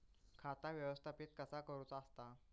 खाता व्यवस्थापित कसा करुचा असता?